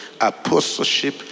apostleship